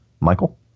Michael